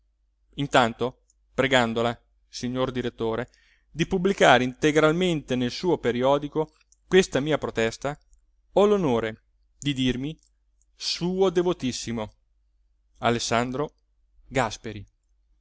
intanto pregandola signor direttore di pubblicare integralmente nel suo periodico questa mia protesta ho l'onore di dirmi suo